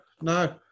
no